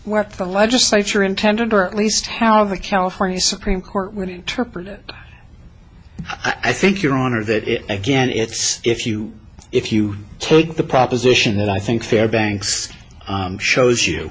where the legislature intended or at least how the california supreme court would interpret it i think your honor that it again it's if you if you take the proposition that i think fair banks shows you